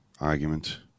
argument